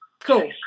Cool